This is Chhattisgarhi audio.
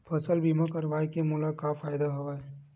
फसल बीमा करवाय के मोला का फ़ायदा हवय?